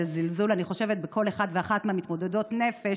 אני חושבת שזה זלזול בכל אחד ואחת ממתמודדי הנפש.